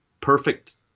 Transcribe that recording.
Perfect